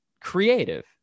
creative